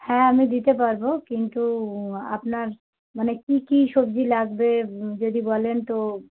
হ্যাঁ আমি দিতে পারব কিন্তু আপনার মানে কী কী সবজি লাগবে যদি বলেন তো